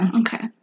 Okay